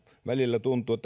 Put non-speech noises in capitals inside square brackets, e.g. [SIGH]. välillä tuntuu [UNINTELLIGIBLE]